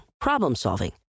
problem-solving